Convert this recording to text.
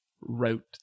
wrote